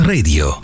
Radio